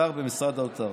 שר במשרד האוצר.